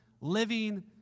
living